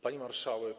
Pani Marszałek!